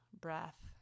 breath